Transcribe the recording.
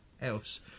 else